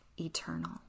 eternal